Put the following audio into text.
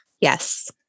Yes